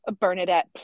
Bernadette